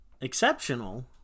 Exceptional